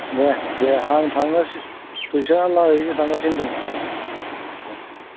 दे दे फैसा लानानै थांगासिनो दं दे